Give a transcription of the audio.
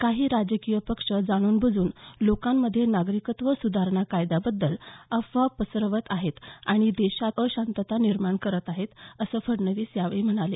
काही राजकीय पक्ष जाणूनबुजून लोकांमध्ये नागरिकत्व सुधारणा कायद्याबद्दल अफवा पसरवत आहेत आणि देशात अशांतता निर्माण करत आहेत अस फडणवीस यावेळी म्हणाले